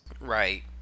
Right